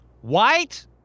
White